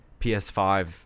PS5